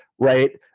Right